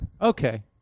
Okay